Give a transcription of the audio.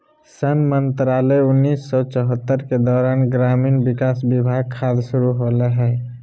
सन मंत्रालय उन्नीस सौ चैह्त्तर के दौरान ग्रामीण विकास विभाग खाद्य शुरू होलैय हइ